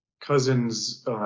cousins